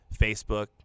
Facebook